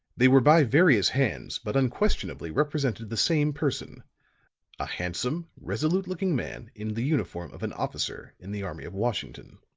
they were by various hands, but unquestionably represented the same person a handsome, resolute looking man in the uniform of an officer in the army of washington.